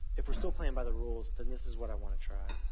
if we're still playing by the rules, then this is what i want to try.